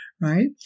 right